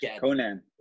Conan